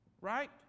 right